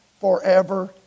forever